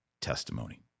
testimony